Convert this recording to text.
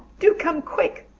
do come quick,